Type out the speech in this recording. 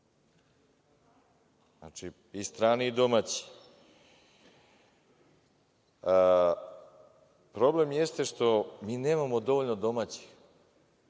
Znači, i strani i domaći. Problem jeste, što mi nemamo dovoljno domaćih,